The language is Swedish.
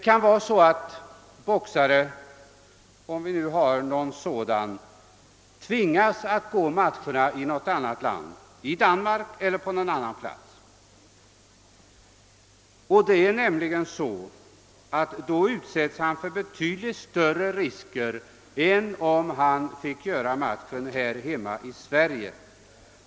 En professionell boxare — om vi nu skulle få någon sådan — kan tvingas att gå matcherna i Danmark eller i något annat land. Då utsätts han för betydligt större risker än om han fick gå matchen här hemma i Sverige.